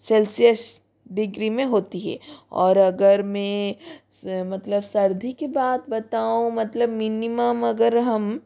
Celsius degree में होती है और अगर मैं स मतलब सर्दी के बात बताऊँ मतलब मिनिमम अगर हम